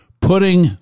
putting